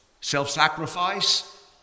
self-sacrifice